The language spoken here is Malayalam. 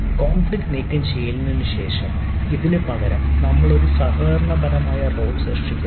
കോൺഫ്ലിക്റ് നീക്കംചെയ്യലിനുശേഷം ഇതിനുപകരം നമ്മൾ ഒരു സഹകരണപരമായ റോൾ സൃഷ്ടിക്കുന്നു